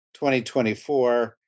2024